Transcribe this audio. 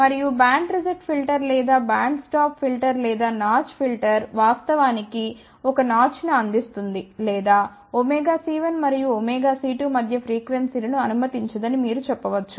మరియు band reject filter లేదా band stop filter లేదా నాచ్ ఫిల్టర్ వాస్తవానికి ఒక నాచ్ ను అందిస్తుంది లేదా ωc1 మరియు ωc2 మధ్య ఫ్రీక్వెన్సీ లను అనుమతించదని మీరు చెప్పవచ్చు